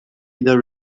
either